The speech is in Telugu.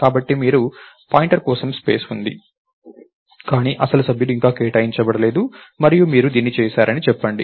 కాబట్టి మీకు పాయింటర్ కోసం స్పేస్ ఉంది కానీ అసలు సభ్యులు ఇంకా కేటాయించబడలేదు మరియు మీరు దీన్ని చేశారని చెప్పండి